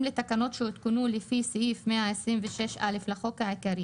לתקנות שהותקנו לפי סעיף 126(א) לחוק העיקרי